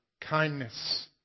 kindness